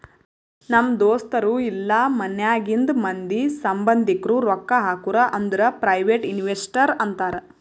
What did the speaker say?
ನಮ್ ದೋಸ್ತರು ಇಲ್ಲಾ ಮನ್ಯಾಗಿಂದ್ ಮಂದಿ, ಸಂಭಂದಿಕ್ರು ರೊಕ್ಕಾ ಹಾಕುರ್ ಅಂದುರ್ ಪ್ರೈವೇಟ್ ಇನ್ವೆಸ್ಟರ್ ಅಂತಾರ್